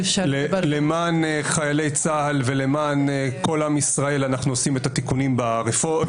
למען חיילי צה"ל ולמען כל עם ישראל אנחנו עושים את הרפורמה.